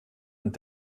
und